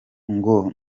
ngo